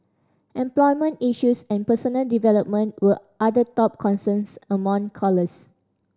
employment issues and personal development were other top concerns among callers